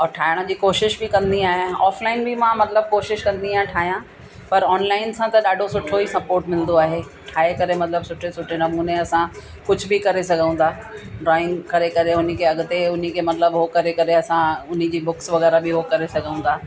ठाहिण जी कोशिशि बि कंदी आहियां ऑफलाइन बि मां मतिलबु कोशिशि कंदी आहियां ठाहियां पर ऑनलाइन सां त ॾाढो सुठो ई स्पोर्ट मिलंदो आहे ठाहे करे मतिलबु सुठे सुठे नमूने सां कुझु बि करे सघऊं था ड्रॉइंग करे करे उन खे अॻिते उन खे मतिलबु हो करे करे असां उन जी बुक्स वग़ैरह बि हो करे सघऊं था